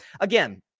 again